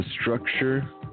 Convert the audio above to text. structure